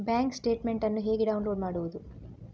Bank statement ಅನ್ನು ಹೇಗೆ download ಮಾಡುವುದು?